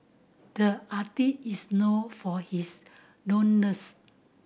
the artist is known for his